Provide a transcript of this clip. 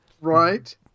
Right